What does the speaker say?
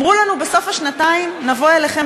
אמרו לנו: בסוף השנתיים נבוא אליכם